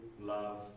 love